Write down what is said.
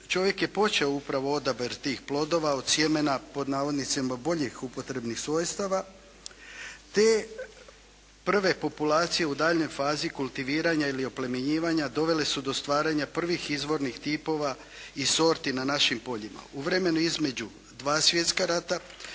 čovjek je počeo upravo odabir tih plodova od sjemena "boljih upotrebnih svojstava" te prve populacije u daljnjoj fazi kultiviranja ili oplemenjivanja dovele su do stvaranja prvih izvornih tipova i sorti na našim poljima. U vremenu između dva svjetska rata